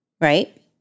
right